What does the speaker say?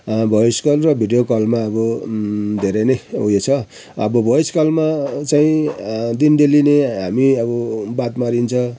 voice call र video कलमा अब धेरै नै उयो छ अब भोइस कलमा चाहिँ दिन डेली नै हामी अब बात मारिन्छ